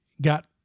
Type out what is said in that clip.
got